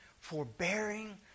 forbearing